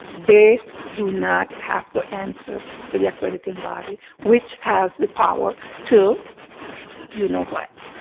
they do not have to answer to the accrediting body which has the power to you know what.